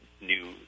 new